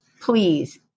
please